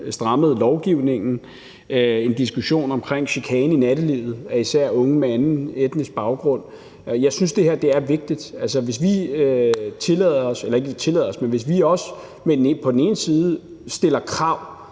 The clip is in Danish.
strammede lovgivningen, nemlig en diskussion omkring chikane i nattelivet af især unge med anden etnisk baggrund. Jeg synes, det her er vigtigt. Altså, hvis vi på den ene side stiller krav